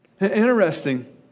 Interesting